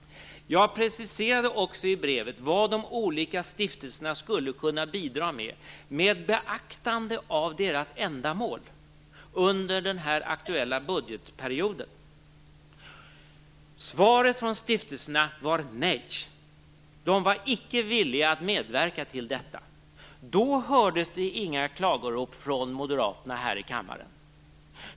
Jag preciserade också i brevet vad de olika stiftelserna skulle kunna bidra med, med beaktande av deras ändamål, under den aktuella budgetperioden. Svaret från stiftelserna var nej. De var icke villiga att medverka till detta. Då hördes det inga klagorop från moderaterna i kammaren.